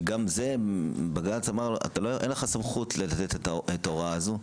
שגם בזה בג"צ אמר: אין לך סמכות לתת את ההוראה הזו.